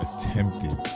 attempted